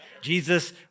Jesus